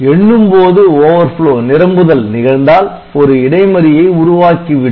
எண்ணும் போது Overflow நிரம்புதல் நிகழ்ந்தால் ஒரு இடைமறியை உருவாக்கி விடும்